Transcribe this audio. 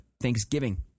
Thanksgiving